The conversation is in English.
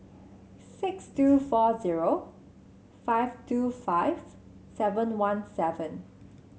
six two four zero five two five seven one seven